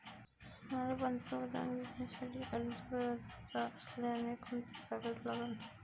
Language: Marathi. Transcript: मले पंतप्रधान योजनेसाठी अर्ज कराचा असल्याने कोंते कागद लागन?